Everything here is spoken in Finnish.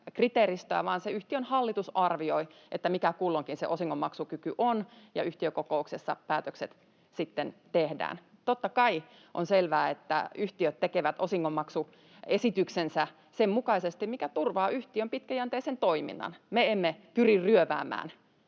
vaan se yhtiön hallitus arvioi, mikä se osingonmaksukyky kulloinkin on, ja yhtiökokouksessa päätökset sitten tehdään. Totta kai on selvää, että yhtiöt tekevät osingonmaksuesityksensä sen mukaisesti, mikä turvaa yhtiön pitkäjänteisen toiminnan. Me emme pyri ryöväämään